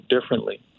differently